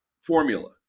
formula